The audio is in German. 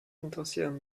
interessieren